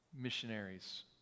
missionaries